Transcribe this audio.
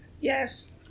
Yes